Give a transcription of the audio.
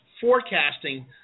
forecasting